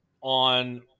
on